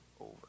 over